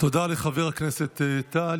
לחבר הכנסת טל.